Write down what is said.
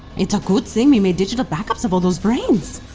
it's a good thing we made digital backups of all those brains.